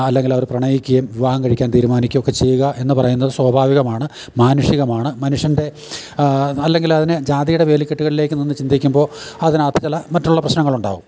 അല്ലെങ്കിൽ അവർ പ്രണയിക്കുകയും വിവാഹം കഴിക്കാൻ തീരുമാനിക്കൊക്കെ ചെയ്യുക എന്ന് പറയുന്നത് സ്വാഭാവികമാണ് മാനുഷികമാണ് മനുഷ്യൻ്റെ അല്ലെങ്കിൽ അതിനെ ജാതിയുടെ വേലി കെട്ടുകളിലേക്ക് നിന്ന് ചിന്തിക്കുമ്പോൾ അതിനകത്ത് ചില മറ്റുള്ള പ്രശ്നങ്ങളുണ്ടാവും